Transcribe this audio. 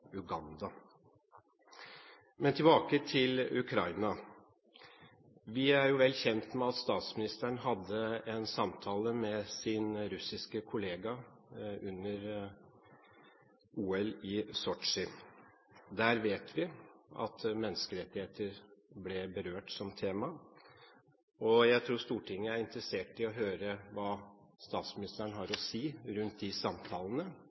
Men tilbake til Ukraina: Vi er vel kjent med at statsministeren hadde en samtale med sin russiske kollega under OL i Sotsji. Der vet vi at menneskerettigheter ble berørt som tema. Jeg tror Stortinget er interessert i å høre hva statsministeren har å si rundt de samtalene,